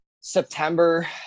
September